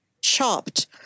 chopped